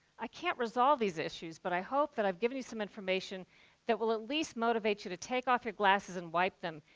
i can't resolve these issues, but i hope that i've given you some information that will at least motivate you to take off your glasses and wipe them,